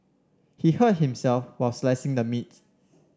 he hurt himself while slicing the meats